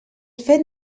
fet